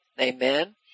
Amen